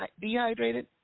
dehydrated